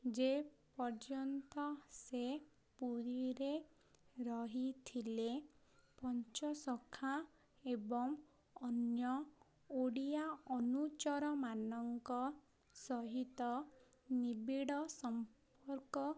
ଯେ ପର୍ଯ୍ୟନ୍ତ ସେ ପୁରୀରେ ରହିଥିଲେ ପଞ୍ଚଶଖା ଏବଂ ଅନ୍ୟ ଓଡ଼ିଆ ଅନୁଚରମାନଙ୍କ ସହିତ ନିବିଡ଼ ସମ୍ପର୍କ